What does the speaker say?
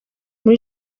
muri